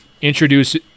introduce